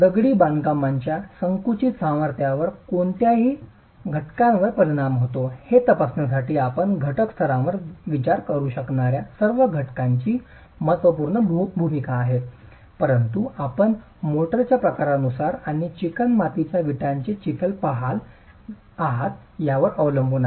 दगडी बांधकामाच्या संकुचित सामर्थ्यावर कोणत्या घटकांवर परिणाम होतो हे तपासण्यासाठी आपण घटक स्तरावर विचार करू शकणार्या सर्व घटकांची महत्त्वपूर्ण भूमिका आहे परंतु आपण मोर्टारच्या प्रकारानुसार आणि चिकणमातीच्या विटांचे चिखल पहात आहात यावर अवलंबून आहे